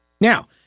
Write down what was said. Now